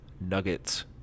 nuggets